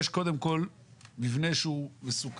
יש קודם כל מבנה שהוא מסוכן,